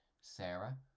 Sarah